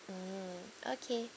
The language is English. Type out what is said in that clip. mm okay